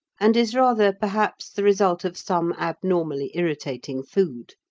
and is rather, perhaps, the result of some abnormally irritating food.